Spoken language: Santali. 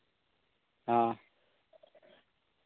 ᱦᱚᱸ